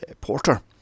Porter